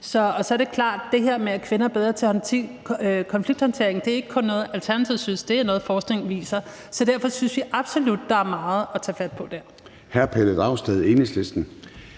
at det her med, at kvinder er bedre til konflikthåndtering, ikke kun er noget, Alternativet synes – det er noget, forskningen viser. Så derfor synes vi absolut, der er meget at tage fat på der.